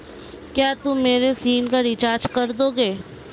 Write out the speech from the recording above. क्या तुम मेरी सिम का रिचार्ज कर दोगे?